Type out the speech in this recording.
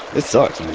it sucks.